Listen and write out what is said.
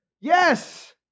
Yes